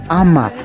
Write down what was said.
ama